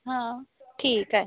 हा ठीक आहे